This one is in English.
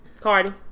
Cardi